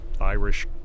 Irish